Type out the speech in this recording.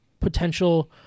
potential